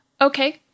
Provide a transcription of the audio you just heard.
Okay